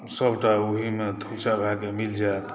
सभटा ओहिमे थोकचा भए कऽ मिल जायत